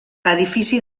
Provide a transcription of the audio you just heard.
edifici